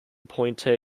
pointe